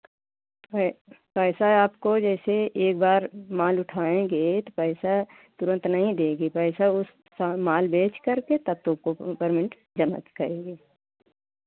है पैसा आपको जैसे एक बार माल उठाएंगे तो पैसा तुरन्त नहीं देगी पैसा उसका माल बेच करके तब तुमको पेमेंट जमा क करेंगे